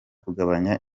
kugabanya